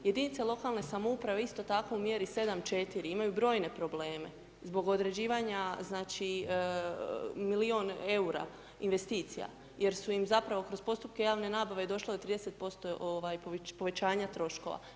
Jedinice lokalne samouprave isto tako u mjeri 7.4, imaju brojne probleme zbog određivanja milijun eura investicija jer su im zapravo kroz postupke javne nabave, došlo do 30% povećanja troškova.